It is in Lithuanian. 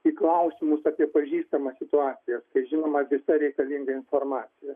į klausimus apie pažįstamas situacijas kai yra žinoma visa reikalinga informacija